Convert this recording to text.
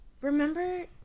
Remember